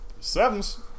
Sevens